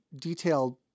detailed